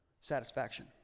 satisfaction